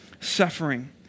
suffering